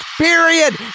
period